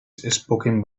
spoken